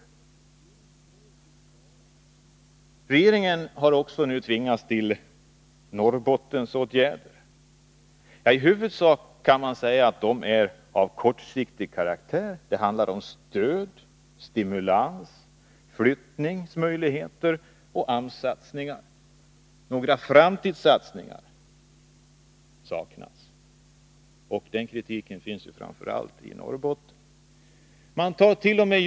86 Regeringen har nu också tvingats föreslå särskilda Norrbottensåtgärder. De är i huvudsak av kortsiktig karaktär. Det handlar om stöd, stimulans, flyttningsmöjligheter och AMS-satsningar. En framtidssatsning saknas, och kritiken på den punkten framförs framför allt i Norrbotten. Man tart.o.m.